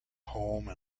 home